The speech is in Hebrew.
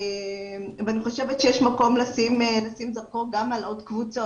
אני חושבת שיש מקום לשים זרקור גם על עוד קבוצות.